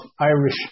Irish